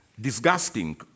disgusting